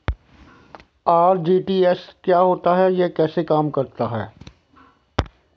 RTGS क्या है यह कैसे काम करता है?